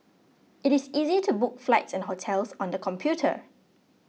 it is easy to book flights and hotels on the computer